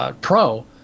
Pro